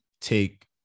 take